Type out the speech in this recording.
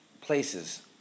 places